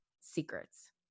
secrets